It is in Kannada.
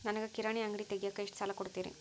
ನನಗ ಕಿರಾಣಿ ಅಂಗಡಿ ತಗಿಯಾಕ್ ಎಷ್ಟ ಸಾಲ ಕೊಡ್ತೇರಿ?